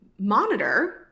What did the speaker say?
monitor